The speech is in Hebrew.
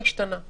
המשמעותי